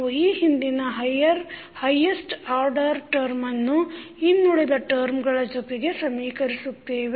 ನಾವು ಈ ಹಿಂದಿನ ಹೈಯೆಸ್ಟ್ ಆರ್ಡರ್ ಟರ್ಮನ್ನು ಇನ್ನುಳಿದ ಟರ್ಮಗಳ ಜೊತೆಗೆ ಸಮೀಕರಿಸತ್ತೇವೆ